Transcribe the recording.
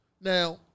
Now